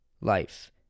Life